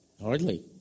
Hardly